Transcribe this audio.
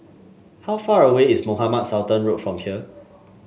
how far away is Mohamed Sultan Road from here